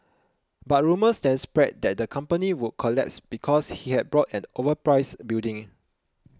but rumours then spread that the company would collapse because he had bought an overpriced building